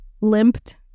Limped